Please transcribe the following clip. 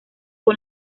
con